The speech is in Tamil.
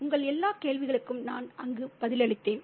உங்கள் எல்லா கேள்விகளுக்கும் நான் அங்கு பதிலளித்தேன்